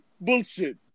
Bullshit